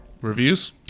reviews